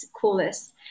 coolest